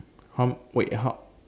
how wait how